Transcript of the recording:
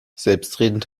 selbstredend